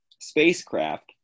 spacecraft